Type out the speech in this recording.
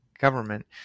government